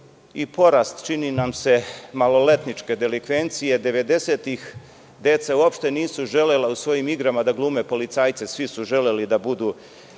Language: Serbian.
i porast, čini nam se, maloletničke delikvencije. Devedesetih deca uopšte nisu želela u svojim igrama da glume policajce, svi su želeli da budu